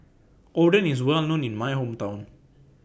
Oden IS Well known in My Hometown